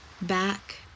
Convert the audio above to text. back